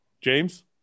James